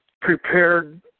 prepared